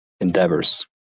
endeavors